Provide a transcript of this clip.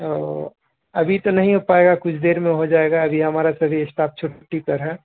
او ابھی تو نہیں ہو پائے گا کچھ دیر میں ہو جائے گا ابھی ہمارا سبھی اسٹاپ چھٹی پر ہے